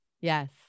Yes